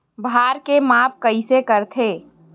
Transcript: भार के माप कइसे करथे?